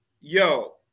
yo